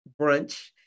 brunch